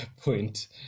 point